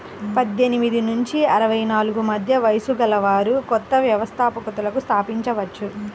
పద్దెనిమిది నుంచి అరవై నాలుగు మధ్య వయస్సు గలవారు కొత్త వ్యవస్థాపకతను స్థాపించవచ్చు